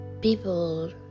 People